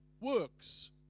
works